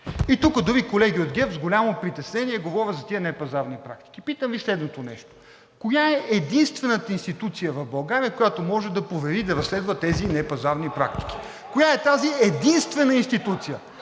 И тук дори колеги от ГЕРБ с голямо притеснение говорят за тези непазарни практики. Питам Ви следното нещо: коя е единствената институция в България, която може да провери и да разследва тези непазарни практики? Коя е тази единствена институция?